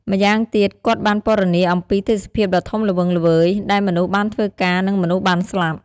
ម្យ៉ាងទៀតគាត់បានពណ៌នាអំពីទេសភាពដ៏ធំល្វឹងល្វើយដែលមនុស្សបានធ្វើការ និងមនុស្សបានស្លាប់។